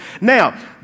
Now